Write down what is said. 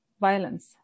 violence